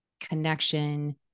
connection